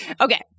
Okay